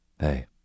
Hey